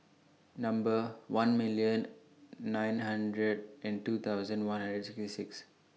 Number one million nine hundred and two thousand one hundred and sixty six